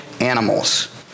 animals